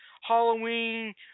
Halloween